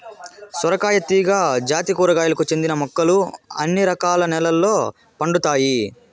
సొరకాయ తీగ జాతి కూరగాయలకు చెందిన మొక్కలు అన్ని రకాల నెలల్లో పండుతాయి